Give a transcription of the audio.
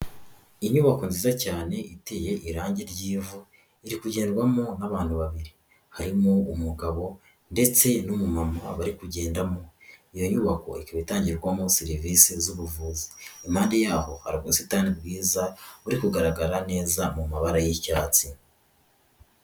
Inyubako nziza cyane iteye irangi ry'ivu iri kugendwamo n'abantu babiri harimo umugabo ndetse n'umumama bari kugendamo, iyo nyubako ikaba itangirwamo serivisi z'ubuvuzi, impade yaho hari ubusitani bwiza buri kugaragara neza mu mabara y'icyatsi.